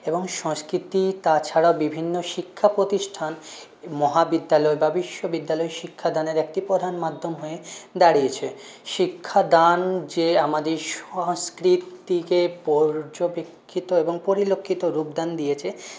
এবং সংস্কৃতি তাছাড়া বিভিন্ন শিক্ষা প্রতিষ্ঠান মহাবিদ্যালয় বা বিশ্ববিদ্যালয় শিক্ষা দানের একটি প্রধান মাধ্যম হয়ে দাঁড়িয়েছে শিক্ষা দান যে আমাদের সংস্কৃতিকে পর্যবেক্ষিত এবং পরিলক্ষিত রূপদান দিয়েছে